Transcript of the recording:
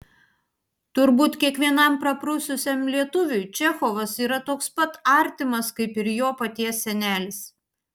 turbūt kiekvienam praprususiam lietuviui čechovas yra toks pat artimas kaip ir jo paties senelis